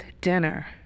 dinner